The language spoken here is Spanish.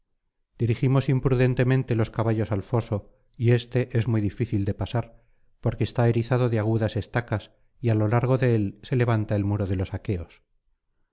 dirigimos imprudentemente los caballos al foso y éste es muy difícil de pasar porque está erizado de agudas estacas y á lo largo de él se levanta el muro de los aqueos